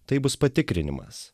tai bus patikrinimas